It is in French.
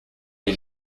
est